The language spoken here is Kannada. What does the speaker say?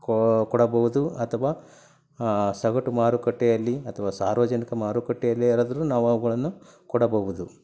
ಕೋ ಕೊಡಬೌದು ಅಥವಾ ಸಗಟು ಮಾರುಕಟ್ಟೆಯಲ್ಲಿ ಅಥವಾ ಸಾರ್ವಜನಿಕ ಮಾರುಕಟ್ಟೆಯಲ್ಲಿಯಾದ್ರೂ ನಾವು ಅವುಗಳನ್ನು ಕೊಡಬಹುದು